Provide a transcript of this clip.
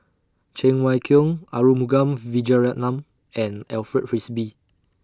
Cheng Wai Keung Arumugam Vijiaratnam and Alfred Frisby